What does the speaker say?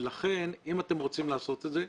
ולכן אם אתם רוצים לעשות את זה,